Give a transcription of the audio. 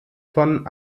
von